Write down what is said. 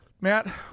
Matt